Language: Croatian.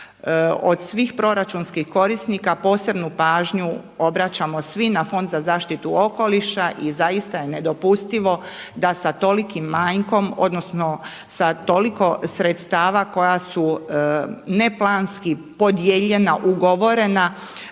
Od svih proračunskih korisnika posebnu pažnju obraćamo svi na Fond za zaštitu okoliša i zaista je nedopustivo da sa tolikim manjkom odnosno sa toliko sredstava koja su neplanski podijeljena ugovorena